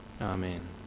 Amen